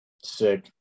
Sick